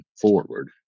forward